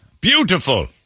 Beautiful